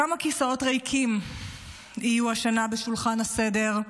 כמה כיסאות ריקים יהיו השנה בשולחן הסדר,